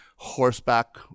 horseback